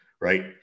right